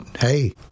hey